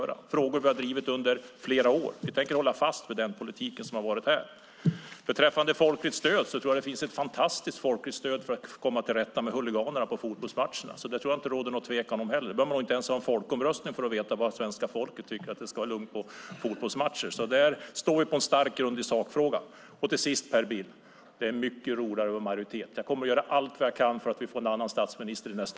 När det gäller frågor som vi drivit under flera år tänker vi hålla fast vid den politik som vi fört hittills. Beträffande folkligt stöd tror jag att det finns ett fantastiskt folkligt stöd för att komma till rätta med huliganerna på fotbollsmatcherna. Det tror jag inte att det råder någon tvekan om. Man behöver inte hålla folkomröstning för att veta att svenska folket tycker att det ska vara lugnt på fotbollsmatcherna. Där står vi på stabil grund vad gäller sakfrågan. Slutligen, Per Bill: Det är mycket roligare att vara i majoritet. Jag kommer att göra allt vad jag kan för att vi ska få en annan statsminister i nästa val.